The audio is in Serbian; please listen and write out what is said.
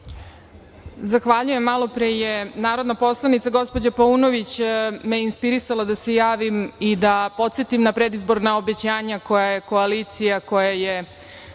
Zahvaljujem. Malopre je narodna poslanica, gospođa Paunović me je inspirisala da se javim i da podsetim na predizborna obećanja koja je koalicija, koja je